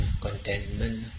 contentment